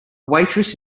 waitress